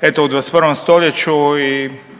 eto, u 21. st.